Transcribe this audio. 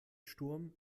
sturm